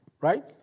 right